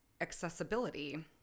accessibility